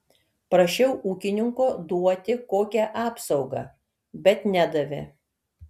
prašiau ūkininko duoti kokią apsaugą bet nedavė